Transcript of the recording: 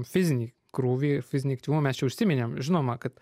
fizinį krūvį fizinį aktyvumą mes čia užsiminėm žinoma kad